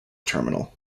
terminal